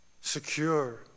secure